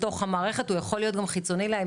בתוך המערכת; הוא יכול להיות חיצוני לה,